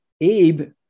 Abe